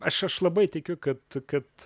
aš aš labai tikiu kad kad